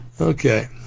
Okay